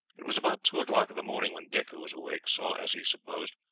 it was about two o'clock in the morning when dick, who was awake, saw, as he supposed,